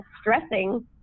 stressing